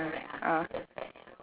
ah ah